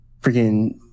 Freaking